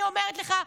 אני אומרת לך.